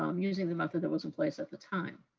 um using the method that was in place at the time.